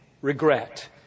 regret